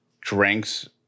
drinks